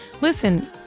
listen